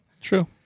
True